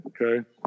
okay